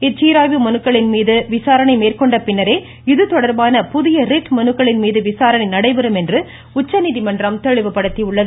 இச்சீராய்வு மனுக்களின் மீது விசாரணை மேற்கொண்ட பின்னரே இது தொடர்பான புதிய ரிட் மனுக்களின் மீது விசாரணை நடைபெறும் என்றும் உச்சநீதிமன்றம் தெளிவுபடுத்தியுள்ளது